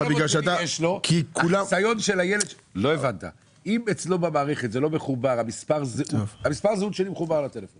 אם אצלו, במערכת, מספר הזהות לא מחובר לטלפון